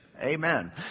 Amen